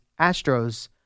Astros